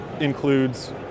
includes